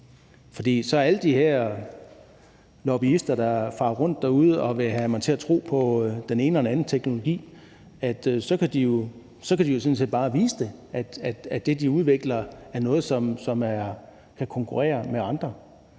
for så kan alle de her lobbyister, der farer rundt derude og vil have mig til at tro på den ene og den anden teknologi, jo sådan set bare vise, at det, de udvikler, er noget, som kan konkurrere med andre,